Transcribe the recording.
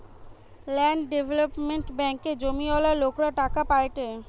land development ব্যাঙ্কে জমিওয়ালা লোকরা টাকা পায়েটে